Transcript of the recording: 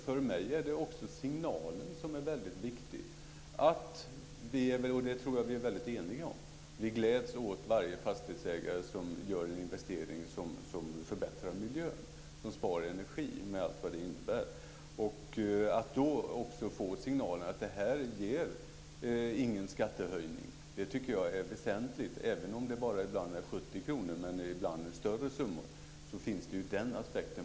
För mig är signalen viktig - och det tror jag vi är eniga om - att vi gläds åt varje fastighetsägare som gör en investering som förbättrar miljön och spar energi, med allt vad det innebär. Det är då väsentligt att få en signal att en sådan åtgärd inte ger en skattehöjning. Även om det ibland är bara 70 kr, ibland större summor, finns den aspekten.